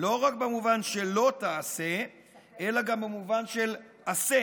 לא רק במובן של לא תעשה אלא גם במובן של עשה.